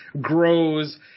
grows